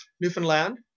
Newfoundland